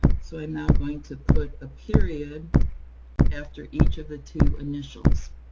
so i'm now going to put a period after each of the two initials.